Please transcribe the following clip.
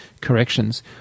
corrections